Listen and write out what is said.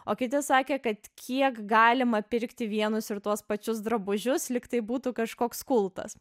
o kiti sakė kad kiek galima pirkti vienus ir tuos pačius drabužius lyg tai būtų kažkoks kultas